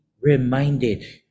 reminded